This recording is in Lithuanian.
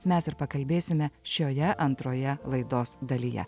mes ir pakalbėsime šioje antroje laidos dalyje